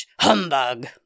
Humbug